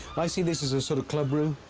i see this as a sort of club room.